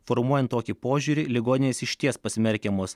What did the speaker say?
formuojant tokį požiūrį ligoninės išties pasmerkiamos